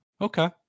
Okay